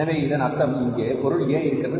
எனவே இதன் அர்த்தம் இங்கே பொருள் A இருக்கிறது